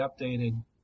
updated